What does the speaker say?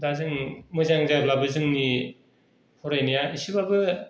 दा जों मोजां जाब्लाबो जोंनि फरायनाया एसेबाबो